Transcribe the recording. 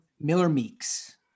Miller-Meeks